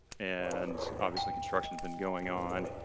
and obviously construction has been going on.